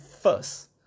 first